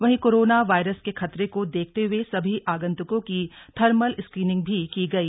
वहीं corona virus के खतरे को देखते हुए सभी आंगन्तुकों की थर्मल स्क्रीनिंग भी की गई